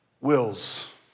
wills